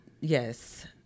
Yes